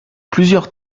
plusieurs